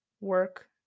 work